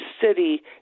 city